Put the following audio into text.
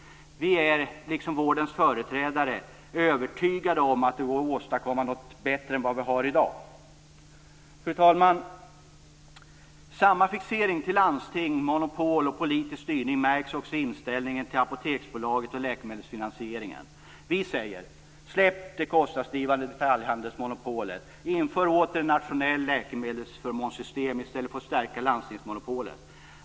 Vi är, liksom vårdens företrädare, övertygade om att det går att åstadkomma något bättre än vad vi har i dag. Fru talman! Samma fixering till landsting, monopol och politisk styrning märks också i inställningen till Apoteksbolaget och läkemedelsfinansieringen. Vi säger: Släpp det kostnadsdrivande detaljhandelsmonopolet. Inför åter ett nationellt läkemedelsförmånssystem i stället för att stärka landstingsmonopolet.